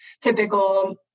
typical